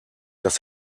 das